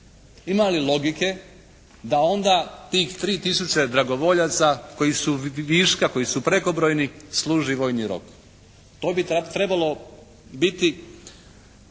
Ima li logike da onda tih 3 tisuće dragovoljaca koji su viška, koji su prekobrojni služi vojni rok? To bi trebalo biti